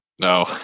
No